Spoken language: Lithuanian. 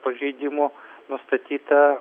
pažeidimų nustatyta